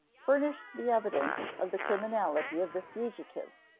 furnished the evidence of the criminality of the fugitives,